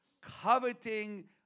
coveting